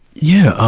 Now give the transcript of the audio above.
yeah.